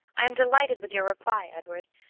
i am delighted with your reply, edward,